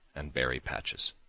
and berry patches.